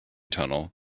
tunnel